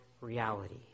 reality